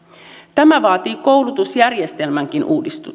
tämä vaatii koulutusjärjestelmänkin